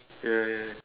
ya ya